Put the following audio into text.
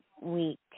week